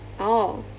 oh